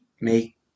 make